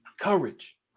courage